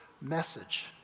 message